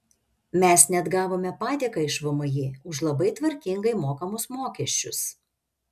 mes net gavome padėką iš vmi už labai tvarkingai mokamus mokesčius